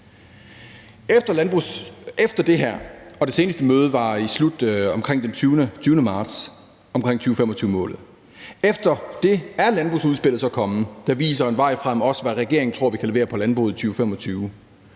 Efter det her, og det seneste møde omkring 2025-målet var omkring den 20. marts, er landbrugsudspillet så kommet, og det viser en vej frem, også hvad regeringen tror vi kan levere på landbruget i 2025.